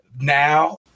now